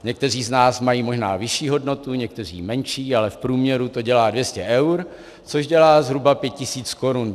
Někteří z nás mají možná vyšší hodnotu, někteří menší, ale v průměru to dělá 200 eur, což je zhruba pět tisíc korun.